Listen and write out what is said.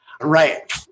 right